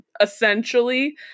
essentially